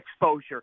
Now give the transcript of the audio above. exposure